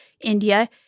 India